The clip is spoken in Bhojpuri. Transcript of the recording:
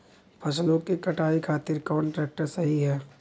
फसलों के कटाई खातिर कौन ट्रैक्टर सही ह?